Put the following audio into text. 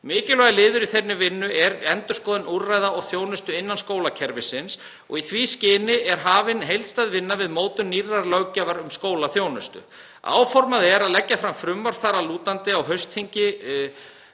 Mikilvægur liður í þeirri vinnu er endurskoðun úrræða og þjónustu innan skólakerfisins og í því skyni er hafin heildstæð vinna við mótun nýrrar löggjafar um skólaþjónustu. Áformað er að leggja fram frumvarp þar að lútandi á haustþingi